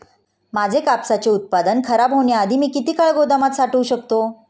माझे कापसाचे उत्पादन खराब होण्याआधी मी किती काळ गोदामात साठवू शकतो?